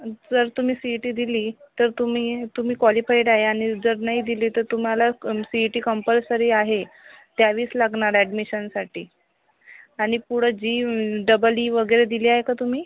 जर तुम्ही C E T दिली तर तुम्ही तुम्ही क्वालिफाईड आहे आणि जर नाही दिली तर तुम्हाला सी ई टी कम्पल्सरी आहे द्यावीच लागणार अॅडमिशनसाठी आणि पुढं जी डबल ई वगैरे दिली आहे का तुम्ही